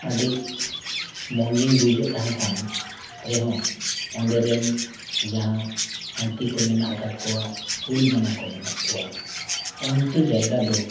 ᱟᱹᱰᱤ ᱢᱚᱡᱽ ᱤᱧ ᱵᱩᱡᱮᱫ ᱛᱟᱦᱮᱸ ᱠᱟᱱ ᱨᱮᱦᱚᱸ ᱚᱸᱰᱮ ᱨᱮᱱ ᱡᱟᱦᱟᱸ ᱦᱟᱹᱛᱤ ᱠᱚ ᱢᱮᱱᱟᱜ ᱟᱠᱟᱫ ᱠᱚᱣᱟ ᱠᱩᱞ ᱵᱟᱱᱟ ᱠᱚ ᱢᱮᱱᱟᱜ ᱠᱚᱣᱟ ᱚᱱᱛᱮ ᱡᱟᱭᱜᱟ ᱫᱚ